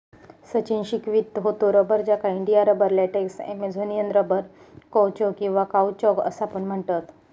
सचिन शिकवीत होतो रबर, ज्याका India rubber, latex, Amazonian rubber, कौचो किंवा काउचॉक असा पण म्हणतत